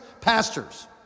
pastors